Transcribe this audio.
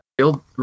Real